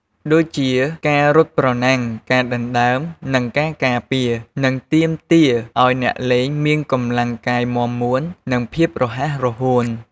ដូចជា ការរត់ប្រណាំង ការដណ្ដើម និងការការពារ និងទាមទារឱ្យអ្នកលេងមានកម្លាំងកាយមាំមួន និងភាពរហ័សរហួន។